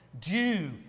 due